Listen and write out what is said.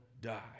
die